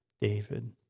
David